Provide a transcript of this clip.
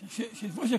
סוִיד.